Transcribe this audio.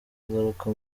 kugaruka